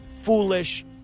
foolish